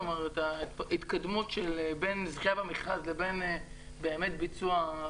כלומר, ההתקדמות בין המכרז לבין ביצוע?